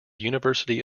university